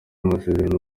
amasezerano